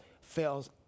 fails